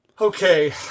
Okay